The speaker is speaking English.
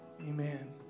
Amen